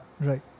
Right